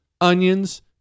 onions